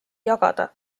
jagada